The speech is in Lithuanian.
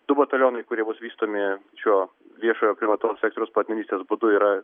du batalionai kurie bus vystomi šio viešojo privataus sektoriaus partnerystės būdu yra